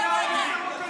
מה קרה לכם?